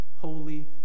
holy